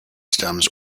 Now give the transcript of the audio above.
stems